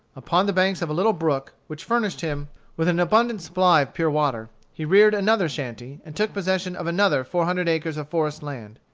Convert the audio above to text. upon the banks of a little brook, which furnished him with an abundant supply of pure water, he reared another shanty, and took possession of another four hundred acres of forest land.